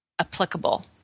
applicable